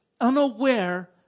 unaware